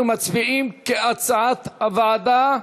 אנחנו מצביעים כהצעת הוועדה.